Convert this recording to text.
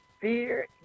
Fear